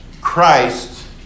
Christ